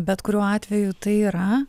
bet kuriuo atveju tai yra